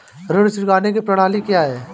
ऋण चुकाने की प्रणाली क्या है?